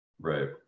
Right